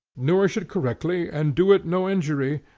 nourish it correctly and do it no injury,